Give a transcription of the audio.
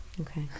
Okay